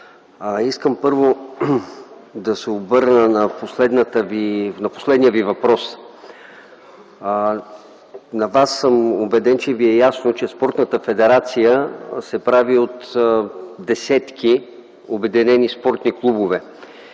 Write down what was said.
искам първо да се спра на последния Ви въпрос. Убеден съм, че Ви е ясно, че Спортната федерация се прави от десетки обединени спортни клубове